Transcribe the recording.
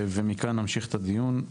ומכאן, נמשיך את הדיון.